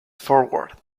forward